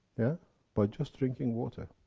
yeah by just drinking water!